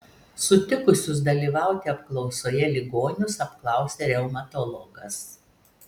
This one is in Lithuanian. sutikusius dalyvauti apklausoje ligonius apklausė reumatologas